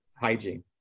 hygiene